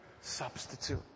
substitute